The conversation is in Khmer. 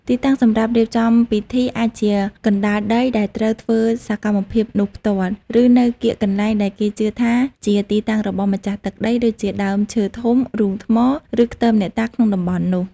ទីតាំងសម្រាប់រៀបចំពិធីអាចជាកណ្តាលដីដែលត្រូវធ្វើសកម្មភាពនោះផ្ទាល់ ឬនៅកៀកកន្លែងដែលគេជឿថាជាទីតាំងរបស់ម្ចាស់ទឹកដី ដូចជាដើមឈើធំ រូងថ្ម ឬខ្ទមអ្នកតា ក្នុងតំបន់នោះ។